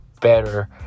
better